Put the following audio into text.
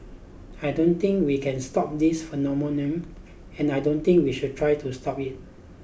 I don't think we can stop this phenomenon and I don't think we should try to stop it